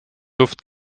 luft